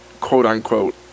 quote-unquote